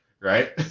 right